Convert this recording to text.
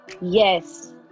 Yes